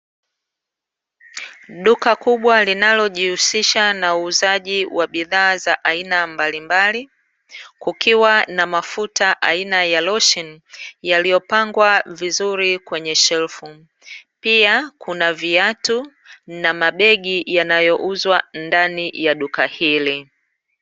Duka kubwa linalojihusisha na uuzaji wa bidhaa za aina mbalimbali, kukiwa na mafuta aina ya losheni, yaliyopangwa vizuri kwenye shelfu, pia kuna viatu na mabegi yanayouzwa ndani ya duka hili.